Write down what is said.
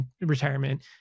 retirement